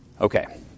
Okay